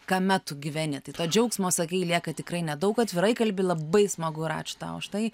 kame tu gyveni tai to džiaugsmo sakai lieka tikrai nedaug atvirai kalbi labai smagu ir ačiū tau už tai